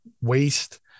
waste